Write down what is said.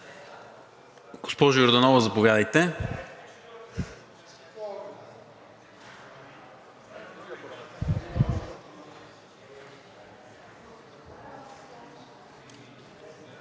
Госпожо Йорданова, заповядайте.